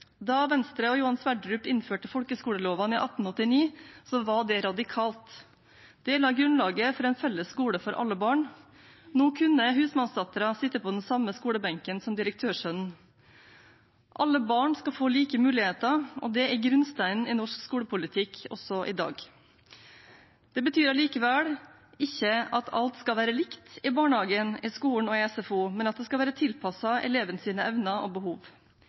Johan Sverdrup innførte folkeskoleloven i 1889, var det radikalt. Det la grunnlaget for en felles skole for alle barn. Nå kunne husmannsdatteren sitte på den samme skolebenken som direktørsønnen. Alle barn skal få like muligheter – og det er grunnsteinen i norsk skolepolitikk også i dag. Det betyr allikevel ikke at alt skal være likt i barnehage, skole og SFO; det skal være tilpasset elevens evner og behov. I denne meldingen pekes det på at kompetanse og fleksibilitet er avgjørende for at barnehagen og